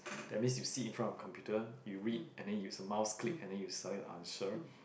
that means you see in front of computer you read and then you use the mouse click and then you select your answer